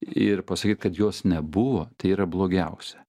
ir pasakyt kad jos nebuvo tai yra blogiausia